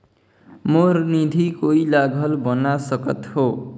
मोर निधि कोई ला घल बना सकत हो?